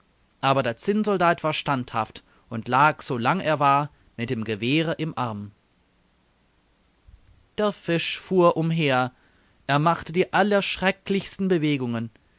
aber der zinnsoldat war standhaft und lag so lang er war mit dem gewehre im arm der fisch fuhr umher er machte die allerschrecklichsten bewegungen